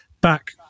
back